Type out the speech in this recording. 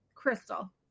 crystal